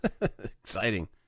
Exciting